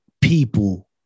people